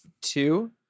two